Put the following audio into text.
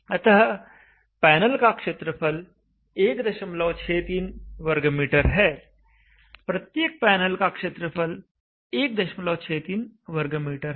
अतः पैनल का क्षेत्रफल 163 m2 है प्रत्येक पैनल का क्षेत्रफल 163 m2 है